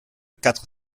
quatre